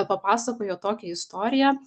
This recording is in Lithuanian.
papasakojo tokią istoriją